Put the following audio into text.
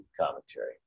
commentary